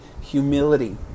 Humility